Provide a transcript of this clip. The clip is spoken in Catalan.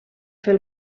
fer